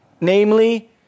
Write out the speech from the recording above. namely